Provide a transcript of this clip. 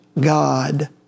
God